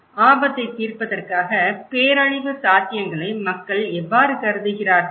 ஆபத்தை தீர்ப்பதற்காக பேரழிவு சாத்தியங்களை மக்கள் எவ்வாறு கருதுகிறார்கள்